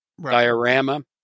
diorama